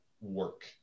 work